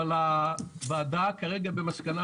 אבל הוועדה כרגע במסקנה